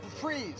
freeze